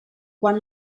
quan